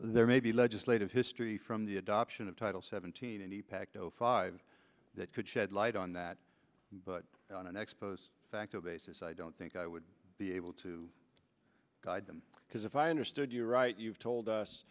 there may be legislative history from the adoption of title seventeen and he packed zero five that could shed light on that but on an ex post facto basis i don't think i would be able to guide them because if i understood you right you've told us